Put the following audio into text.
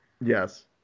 Yes